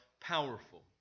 powerful